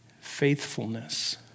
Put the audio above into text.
Faithfulness